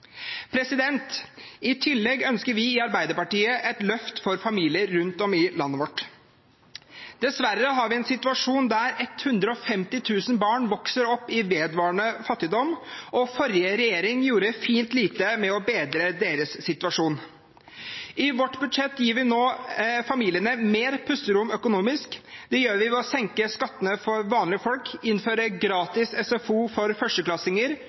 I tillegg ønsker vi i Arbeiderpartiet et løft for familier rundt om i landet vårt. Dessverre har vi en situasjon der 150 000 barn vokser opp i vedvarende fattigdom, og forrige regjering gjorde fint lite for å bedre deres situasjon. I vårt budsjett gir vi nå familiene mer pusterom økonomisk. Det gjør vi ved å senke skattene for vanlige folk, innføre gratis SFO for førsteklassinger,